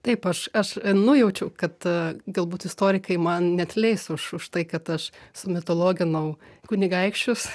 taip aš aš nujaučiau kad galbūt istorikai man neatleis už už tai kad aš sumitologinau kunigaikščius